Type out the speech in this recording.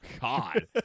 God